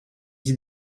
dit